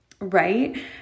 right